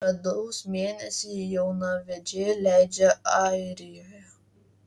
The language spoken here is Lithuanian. medaus mėnesį jaunavedžiai leidžia airijoje